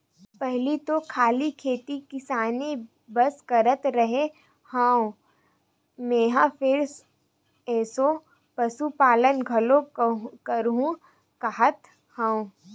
पहिली तो खाली खेती किसानी बस करत रेहे हँव मेंहा फेर एसो पसुपालन घलोक करहूं काहत हंव